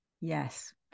Yes